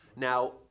Now